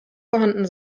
vorhanden